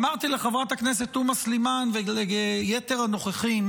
אמרתי לחברת הכנסת תומא סלימאן וליתר הנוכחים